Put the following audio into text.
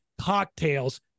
cocktails